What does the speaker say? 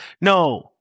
No